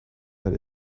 that